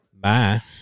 bye